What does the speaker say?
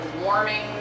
warming